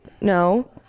No